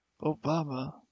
Obama